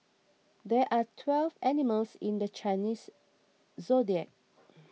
there are twelve animals in the Chinese zodiac